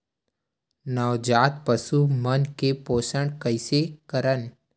नवजात पशु मन के पोषण कइसे करन?